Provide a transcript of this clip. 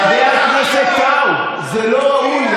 חבר הכנסת טייב, זה לא ראוי.